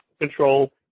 control